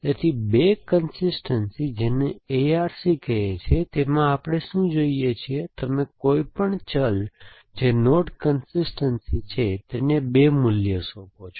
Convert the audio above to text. તેથી બે કન્સિસ્ટનસી જેને ARC કહે છે તેમાં આપણે શું જોઈશું કે તમે કોઈપણ ચલ જે નોડ કન્સિસ્ટનસી છે તેને 2 મૂલ્ય સોંપો છો